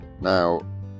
Now